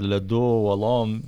ledu uolom